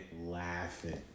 laughing